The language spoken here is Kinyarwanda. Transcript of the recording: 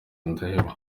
ndaheba